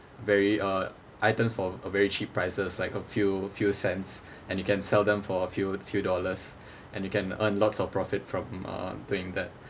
very uh items for a very cheap prices like a few few cents and you can sell them for a few few dollars and you can earn lots of profit from um doing that